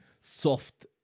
soft